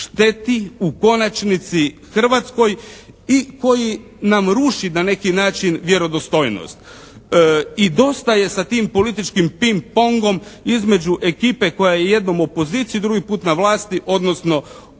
šteti u konačnici Hrvatskoj i koji nam ruši na neki način vjerodostojnost. I dosta je sa tim političkim ping-pongom između ekipe koja je jednom u opoziciji, drugi put na vlasti, odnosno obrnuto,